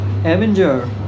Avenger